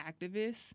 activists